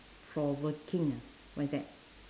provoking ah what is that